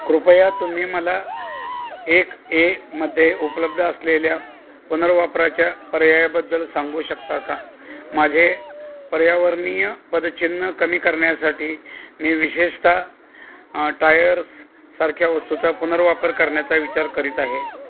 कृपया तुम्ही मला एक ए मध्ये उपलब्ध असलेल्या पुनर्वापराच्या पर्यायाबद्दल सांगू शकता का माझे पर्यावरणीय पदचिन्ह कमी करण्यासाठी मी विशेषतः टायर्ससारख्या वस्तूचा पुनर्वापर करण्याचा विचार करीत आहे